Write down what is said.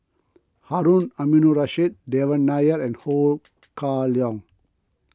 Harun Aminurrashid Devan Nair and Ho Kah Leong